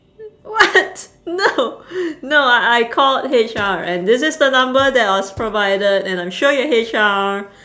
what no no I I called H_R and this is the number that I was provided and I'm sure you're H_R